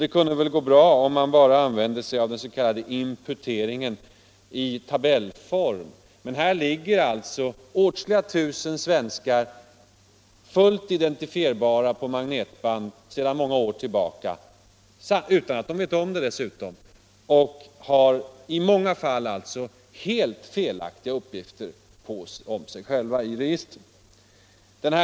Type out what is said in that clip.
Det kunde väl gå bra om man bara använde sig av den s.k. imputeringen i tabellform, men det finns åtskilliga tusen svenskar, fullt identifierbara, registrerade på magnetband sedan många år tillbaka med i många fall helt felaktiga uppgifter — utan att de själva vet om det dessutom.